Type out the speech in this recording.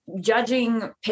judging